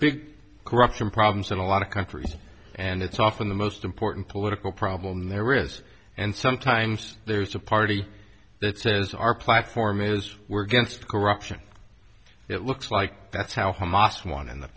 big corruption problems and a lot of countries and it's often the most important political problem there is and sometimes there's a party that says our platform is we're going to corruption it looks like that's how hamas won in the